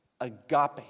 agape